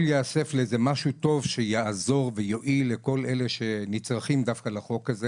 ייאסף למשהו טוב שיועיל לכל אלה שנצרכים לחוק הזה.